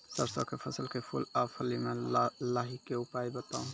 सरसों के फसल के फूल आ फली मे लाहीक के उपाय बताऊ?